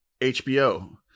HBO